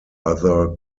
other